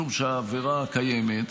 משום שהעבירה קיימת,